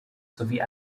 sowie